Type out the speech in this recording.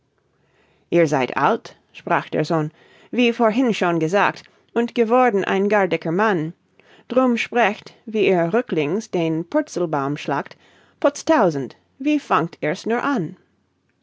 ihr seid alt sprach der sohn wie vorhin schon gesagt und geworden ein gar dicker mann drum sprecht wie ihr rücklings den purzelbaum schlagt potz tausend wie fangt ihr's nur an